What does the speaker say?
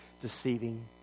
deceiving